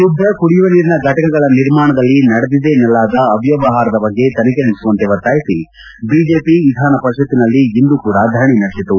ಶುದ್ಧ ಕುಡಿಯುವ ನೀರಿನ ಘಟಕಗಳ ನಿರ್ಮಾಣದಲ್ಲಿ ನಡೆದಿದೆ ಎನ್ನಲಾದ ಅವ್ಯವಹಾರದ ಬಗ್ಗೆ ತನಿಖೆ ನಡೆಸುವಂತೆ ಒತ್ತಾಯಿಸಿ ಬಿಜೆಪಿ ವಿಧಾನಪರಿಷತ್ತಿನಲ್ಲಿ ಇಂದು ಕೂಡಾ ಧರಣಿ ನಡೆಸಿತು